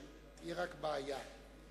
תהיה רק בעיה,